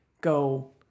go